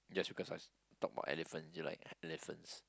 just because I talk about elephants you like elephants